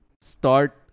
start